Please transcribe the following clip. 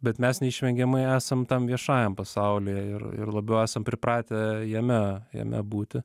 bet mes neišvengiamai esam tam viešajam pasauly ir ir labiau esam pripratę jame jame būti